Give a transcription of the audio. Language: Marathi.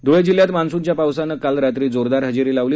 ध्ळे जिल्ह्यात मान्स्नच्या पावसाने काल रात्री जोरदार हजेरी लावली